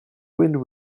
wind